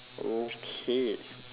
okay